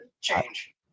Change